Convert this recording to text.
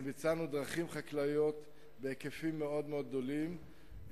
ביצענו דרכים חקלאיות בהיקפים מאוד מאוד גדולים,